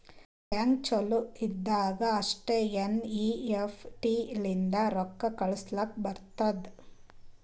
bank ಚಾಲು ಇದ್ದಾಗ್ ಅಷ್ಟೇ ಎನ್.ಈ.ಎಫ್.ಟಿ ಲಿಂತ ರೊಕ್ಕಾ ಕಳುಸ್ಲಾಕ್ ಬರ್ತುದ್